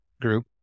group